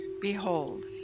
Behold